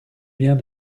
bien